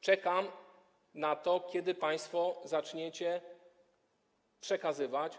Czekam na to, kiedy państwo zaczniecie przekazywać